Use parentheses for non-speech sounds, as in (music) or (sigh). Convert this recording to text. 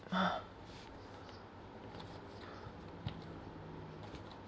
(breath)